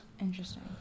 Interesting